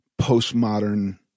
postmodern